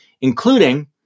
including